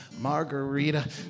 margarita